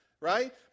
right